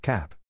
Cap